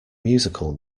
musical